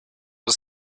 was